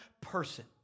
person